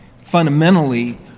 fundamentally